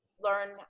learn